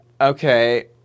Okay